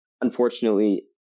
Unfortunately